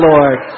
Lord